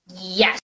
Yes